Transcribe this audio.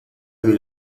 mis